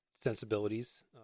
sensibilities